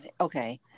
Okay